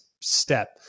step